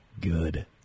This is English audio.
good